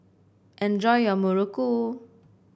enjoy your Muruku